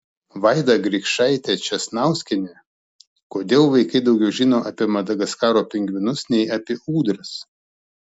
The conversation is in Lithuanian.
vaida grikšaitė česnauskienė kodėl vaikai daugiau žino apie madagaskaro pingvinus nei apie ūdras